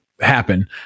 happen